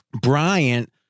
Bryant